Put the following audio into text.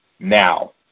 now